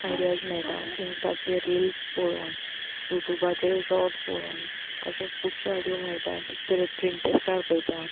ideas मेयटा इंस्टाचे reels पोळोन यू ट्युबाचेर शॉट्स पळोवन अशें खुबश्यो आयडिया मेयटात पिंटरेस्टार पयता